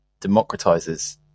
democratizes